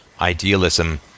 idealism